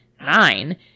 Nine